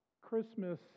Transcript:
Christmas